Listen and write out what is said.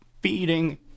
feeding